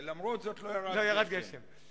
ולמרות זאת לא ירד גשם, דרך אגב.